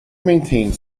maintains